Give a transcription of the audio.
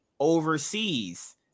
Overseas